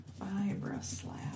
Vibra-slap